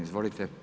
Izvolite.